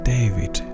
David